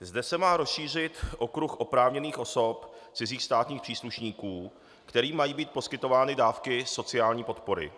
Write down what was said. Zde se má rozšířit okruh oprávněných osob cizích státních příslušníků, kterým mají být poskytovány dávky sociální podpory.